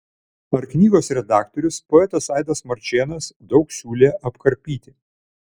ar knygos redaktorius poetas aidas marčėnas daug siūlė apkarpyti